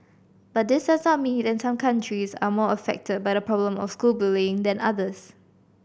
but this does not mean that some countries are more affected by the problem of school bullying than others